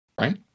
right